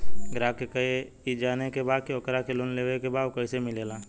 ग्राहक के ई जाने के बा की ओकरा के लोन लेवे के बा ऊ कैसे मिलेला?